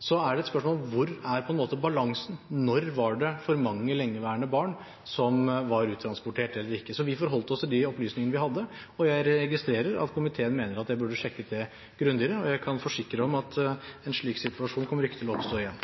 er spørsmålet hvor balansen er, når var det for mange lengeværende barn som var uttransportert eller ikke? Vi forholdt oss til de opplysningen vi hadde, og jeg registrerer at komiteen mener at jeg burde ha sjekket det grundigere. Jeg kan forsikre om at en slik situasjon ikke kommer til å oppstå igjen.